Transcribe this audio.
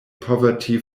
poverty